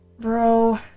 Bro